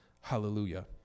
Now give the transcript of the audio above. Hallelujah